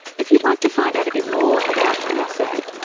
if you'd like to find out a bit more about mossad,